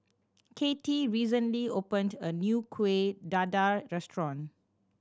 Katy recently opened a new Kueh Dadar restaurant